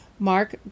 Mark